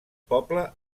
poble